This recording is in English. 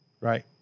right